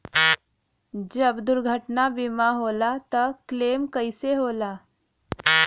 जब दुर्घटना बीमा होला त क्लेम कईसे होला?